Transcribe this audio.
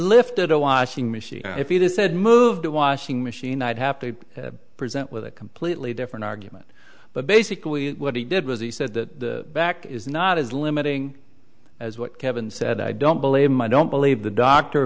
lifted a washing machine if he the said move the washing machine i'd have to be present with a completely different argument but basically what he did was he said that back is not as limiting as what kevin said i don't blame i don't believe the doctor